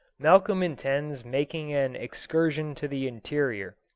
malcolm intends making an excursion to the interior.